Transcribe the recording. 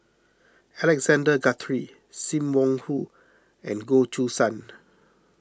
Alexander Guthrie Sim Wong Hoo and Goh Choo San